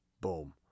Boom